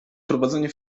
prowadzenie